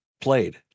played